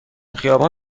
خیابان